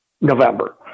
November